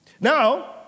Now